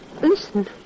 listen